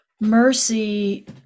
Mercy